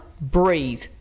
breathe